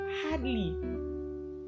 hardly